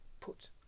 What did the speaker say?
put